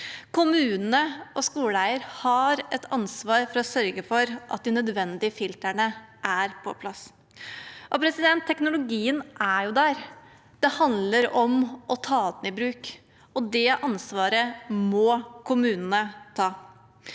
Kommunene og skoleeierne har et ansvar for å sørge for at de nødvendige filtrene er på plass. Teknologien er jo der, det handler om å ta den i bruk, og det ansvaret må kommunene ta.